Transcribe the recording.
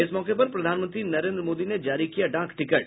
इस मौके पर प्रधानमंत्री नरेन्द्र मोदी ने जारी किया डाक टिकट